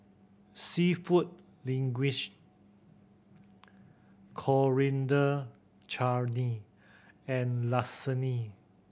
Seafood Linguine Coriander Chutney and Lasagne